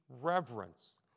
reverence